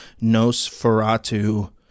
Nosferatu